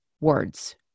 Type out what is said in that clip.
words